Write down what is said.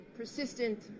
persistent